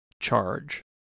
charge